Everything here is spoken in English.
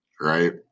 right